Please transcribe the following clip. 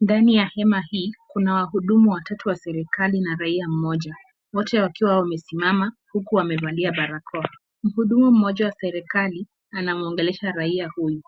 Ndani ya hema hii kuna wahudumu watatu wa serikali na raia mmoja, wote wakiwa wamesimama huku wamevalia barakoa, mhudumu mmoja wa serikali anamuongelesha raia huyu,